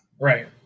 Right